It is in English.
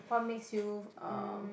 what makes you um